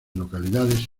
localidades